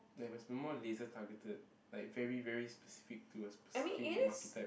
there must be more laser targeted like very very specific to a specific market type